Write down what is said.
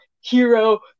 hero